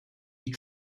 you